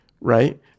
right